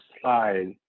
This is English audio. slide